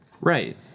Right